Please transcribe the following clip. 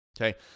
okay